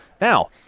Now